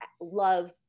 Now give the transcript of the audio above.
love